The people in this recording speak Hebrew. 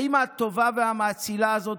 האימא הטובה והמאצילה הזאת,